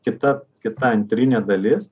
kita kita antrinė dalis